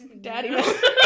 Daddy